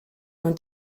mewn